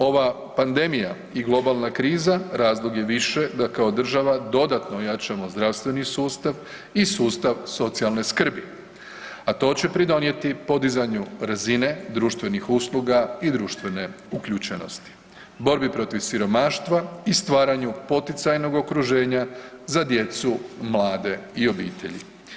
Ova pandemija i globalna kriza razlog je više da kao država dodatno ojačamo zdravstveni sustav i sustav socijalne skrbi a to će pridonijeti podizanju razine društvenih usluga i društvene uključenosti, borbi protiv siromaštva i stvaranju poticajnog okruženja za djecu, mlade i obitelji.